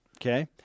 Okay